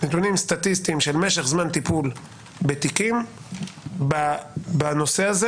נתונים סטטיסטיים של משך זמן טיפול בתיקים בנושא הזה